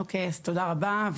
תודה רבה.